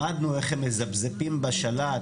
למדנו איך הם מזפזפים בשלט,